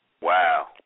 Wow